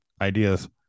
ideas